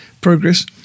progress